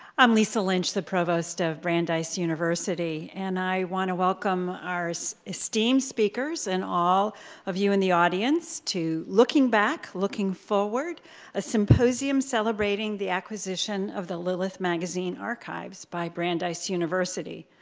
i'm lisa lynch, the provost of brandeis university, and i want to welcome our esteemed speakers speakers and all of you in the audience to looking back, looking forward a symposium celebrating the acquisition of the lilith magazine archives by brandeis university.